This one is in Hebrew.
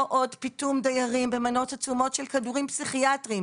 לא עוד פיטום דיירים במנות עצומות של כדורים פסיכיאטריים,